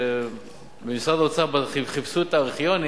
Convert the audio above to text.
במשרד האוצר חיפשו בארכיונים